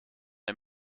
der